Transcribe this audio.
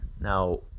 Now